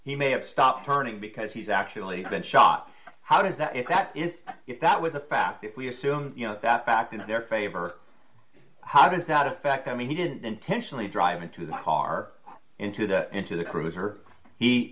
he may have stopped turning because he's actually been shot how does that if that is if that was a fact if we assume that back in their favor how does that affect i mean he didn't intentionally drive into the car into the into the cruiser he